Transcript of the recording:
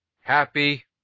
Happy